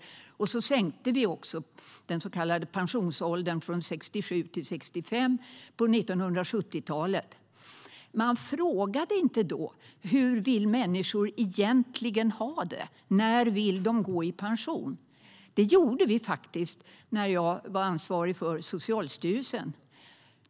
På 1970-talet sänktes den så kallade pensionsåldern från 67 till 65 år. Man frågade inte då hur människor egentligen ville ha det. När vill de gå i pension? Det frågade vi faktiskt när jag var ansvarig för Socialstyrelsen.